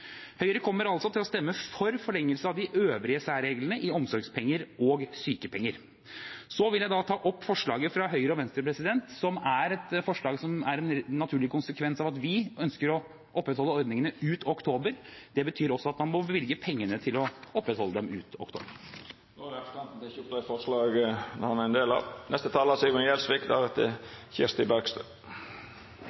Høyre kommer altså til å stemme for forlengelse av de øvrige særreglene for omsorgspenger og sykepenger. Så vil jeg ta opp forslaget fra Høyre og Venstre. Forslaget er en naturlig konsekvens av at vi ønsker å opprettholde ordningene ut oktober. Det betyr også at man må bevilge penger til å opprettholde dem ut oktober. Då har representanten